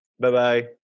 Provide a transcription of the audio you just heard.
Bye-bye